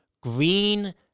green